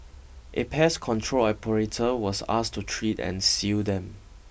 a pest control operator was asked to treat and seal them